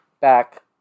back